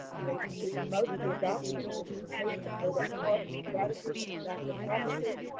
the agency promotes the adoption and implementation of odep policy strategies and effective practices.